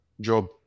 job